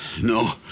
No